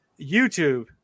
YouTube